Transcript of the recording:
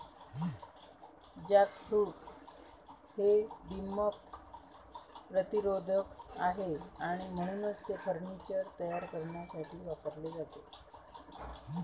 jackfruit हे दीमक प्रतिरोधक आहे आणि म्हणूनच ते फर्निचर तयार करण्यासाठी वापरले जाते